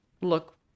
look